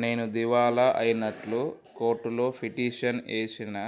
నేను దివాలా అయినట్లు కోర్టులో పిటిషన్ ఏశిన